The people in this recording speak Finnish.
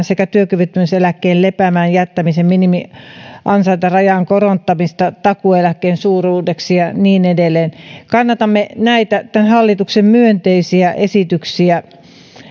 sekä työkyvyttömyyseläkkeen lepäämään jättämisen minimiansaintarajan korottaminen takuueläkkeen suuruiseksi ja niin edelleen kannatamme näitä tämän hallituksen myönteisiä esityksiä